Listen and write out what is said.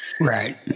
Right